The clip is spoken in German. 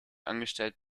angestellt